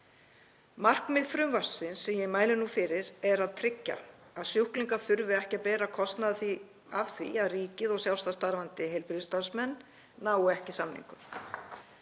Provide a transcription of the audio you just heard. Markmið frumvarpsins sem ég mæli nú fyrir er að tryggja að sjúklingar þurfi ekki að bera kostnað af því að ríkið og sjálfstætt starfandi heilbrigðisstarfsmenn nái ekki samningum.